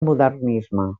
modernisme